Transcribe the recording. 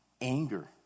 anger